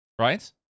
Right